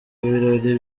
birori